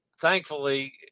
Thankfully